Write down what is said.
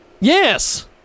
Yes